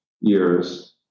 years